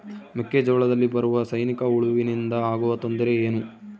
ಮೆಕ್ಕೆಜೋಳದಲ್ಲಿ ಬರುವ ಸೈನಿಕಹುಳುವಿನಿಂದ ಆಗುವ ತೊಂದರೆ ಏನು?